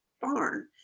barn